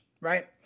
right